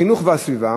החינוך והגנת הסביבה,